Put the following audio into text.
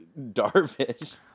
Darvish